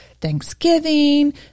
Thanksgiving